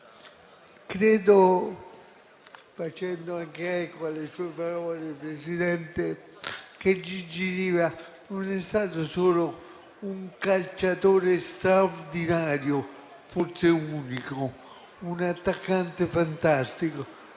Facendo anche eco alle sue parole, Presidente, credo che Gigi Riva sia stato un calciatore straordinario, forse unico, un attaccante fantastico.